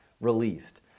released